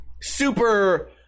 super